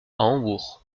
hambourg